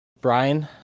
Brian